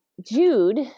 Jude